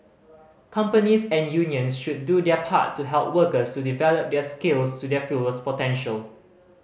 companies and unions should do their part to help workers to develop their skills to their fullest potential